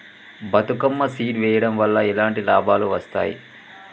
Bathukamma seed వెయ్యడం వల్ల ఎలాంటి లాభాలు వస్తాయి?